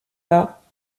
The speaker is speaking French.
pas